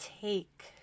take